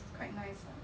soft soft 的